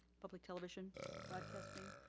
public television broadcasting,